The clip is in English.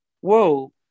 whoa